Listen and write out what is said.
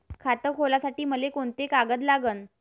खात खोलासाठी मले कोंते कागद लागन?